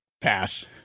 pass